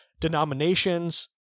denominations